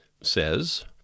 says